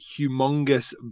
humongous